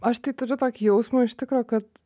aš tai turiu tokį jausmą iš tikro kad